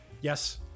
Yes